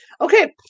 okay